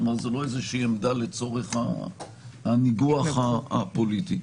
כלומר זה לא עמדה לצורך הניגוח הפוליטי.